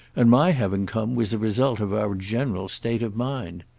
and my having come was a result of our general state of mind.